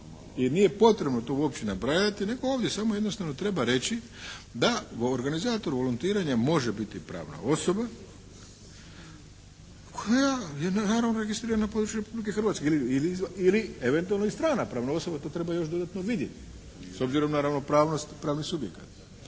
i nije potrebno to uopće nabrajati nego ovdje samo jednostavno treba reći da organizator volontiranja može biti pravna osoba koja je naravno registrirana na području Republike Hrvatske ili eventualno strana pravna osoba, to treba još dodatno vidjeti s obzirom na ravnopravnost pravnih subjekata.